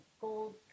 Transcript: gold